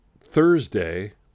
Thursday